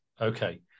okay